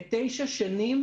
מתוך עשר השנים,